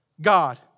God